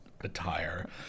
attire